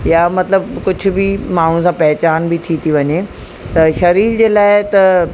या मतिलबु कुझु बि माण्हुनि सां पहचान बि थी थी वञे त हे शरीर जे लाइ त